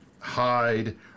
hide